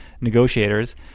negotiators